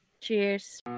Cheers